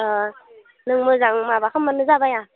नों मोजां माबा खालामबानो जाबाय